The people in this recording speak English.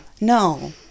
No